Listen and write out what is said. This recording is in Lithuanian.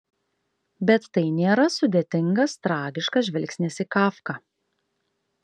bet tai nėra sudėtingas tragiškas žvilgsnis į kafką